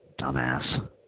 Dumbass